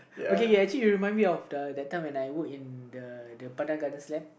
okay okay actually you remind me of the that time when I work in the the